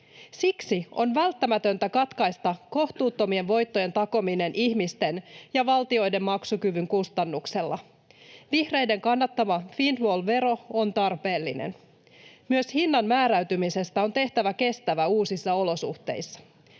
Siksi on välttämätöntä katkaista kohtuuttomien voittojen takominen ihmisten ja valtioiden maksukyvyn kustannuksella. Vihreiden kannattama windfall-vero on tarpeellinen. Myös hinnan määräytymisestä on tehtävä kestävä uusissa olosuhteissa.